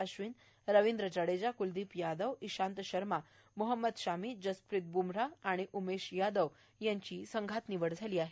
अश्वीन रविंद्र जडेजा क्लदीप यादव ईशांत शर्मा मोहम्मद शमी जसप्रीत ब्मराह आणि उमेश यादव यांची संघात निवड झाली आहे